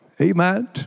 Amen